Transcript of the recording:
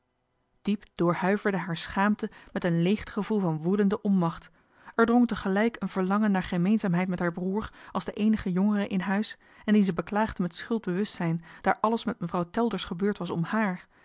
diep doorhuiverde haar schaamte met een leegtegevoel van woedende onmacht er drong tegelijk een verlangen naar gemeenzaamheid met haar broer als den eenigen jongere in huis en dien ze beklaagde met schuldbewustzijn daar alles met vrouw telders gebeurd was om haar